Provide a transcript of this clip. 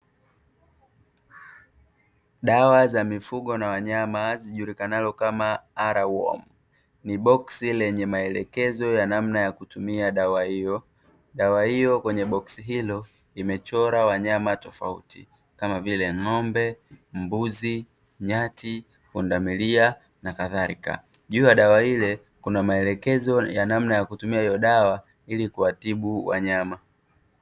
Dawa za mifugo na wanyama zijulikanalo kama "arawom" ni boksi lenye maelekezo ya namna ya kutumia dawa hiyo. Dawa hiyo kwenye boksi hilo imechora wanyama tofauti kama vile ng'ombe, mbuzi, nyati, pundamilia na kadhalika juu ya dawa ile kuna maelekezo ya namna ya kutumia hiyo dawa ili kuwatibu wanyama.